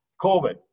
COVID